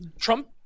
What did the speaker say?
Trump